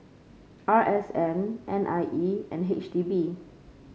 R S N N I E and H D B